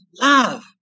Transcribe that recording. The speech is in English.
love